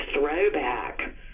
throwback